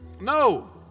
No